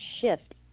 shift